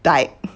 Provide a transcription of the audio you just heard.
died